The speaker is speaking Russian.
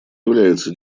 является